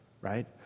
right